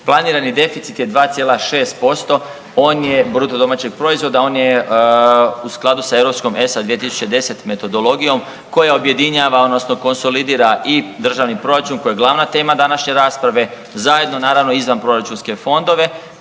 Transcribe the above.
planirani deficit je 2,6% on je, BDP-a, on je u skladu sa europskom ESA 2010 metodologijom koja objedinjava odnosno konsolidira i državni proračun koji je glavna tema današnje rasprave zajedno naravno i za proračunske fondove